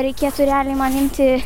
reikėtų realiai man imti